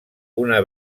una